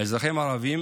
האזרחים הערבים